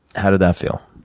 how did that feel?